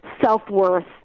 self-worth